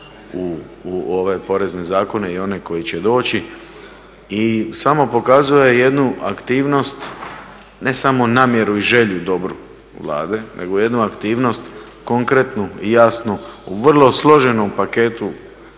u ove porezne zakone i one koji će doći samo pokazuje jednu aktivnost ne samo namjeru i želju dobru Vlade nego jednu aktivnost konkretnu i jasnu u vrlo složenom paketu